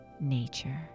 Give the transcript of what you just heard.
nature